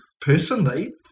personally